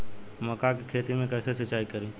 मका के खेत मे कैसे सिचाई करी?